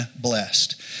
blessed